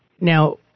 Now